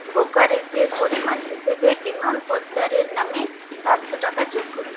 ব্রোকারেজের পরিমাণ হিসেবে বিমল পোদ্দারের নামে সাতশো টাকা যোগ করুন